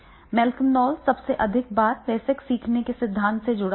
Malcolm Knowles सबसे अधिक बार वयस्क सीखने के सिद्धांत के साथ जुड़ा हुआ है